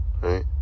right